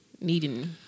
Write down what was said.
needing